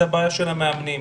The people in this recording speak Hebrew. זו הבעיה של המאמנים.